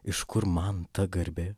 iš kur man ta garbė